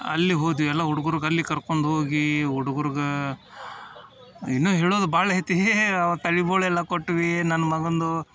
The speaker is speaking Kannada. ಅಲ್ಲಿ ಹೋದ್ವಿ ಎಲ್ಲ ಹುಡುಗ್ರಿಗ್ ಅಲ್ಲಿ ಕರ್ಕೊಂಡ್ ಹೋಗಿ ಹುಡುಗ್ರುಗೆ ಇನ್ನೂ ಹೇಳೋದು ಭಾಳ ಐತಿ ತಲಿ ಬೋಳು ಎಲ್ಲ ಕೊಟ್ವಿ ನನ್ನ ಮಗಂದು